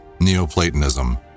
Neoplatonism